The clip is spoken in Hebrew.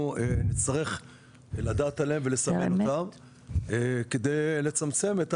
נצטרך לדעת עליהם ולסמן אותם כדי לצמצם.